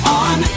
on